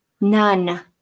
None